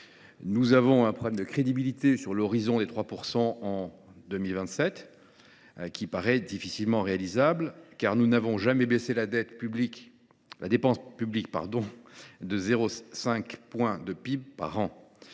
Nous avons un problème de crédibilité à propos de l’horizon des 3 % en 2027, qui paraît difficilement atteignable : nous n’avons jamais baissé la dépense publique de 0,5 point de PIB par an.